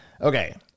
Okay